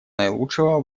наилучшего